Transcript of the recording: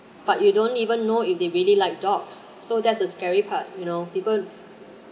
but you don't even know if they really like dogs so that's the scary part you know people